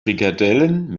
frikadellen